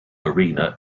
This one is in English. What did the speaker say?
arena